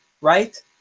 right